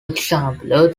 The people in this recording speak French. exemple